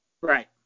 right